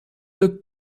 look